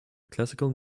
classical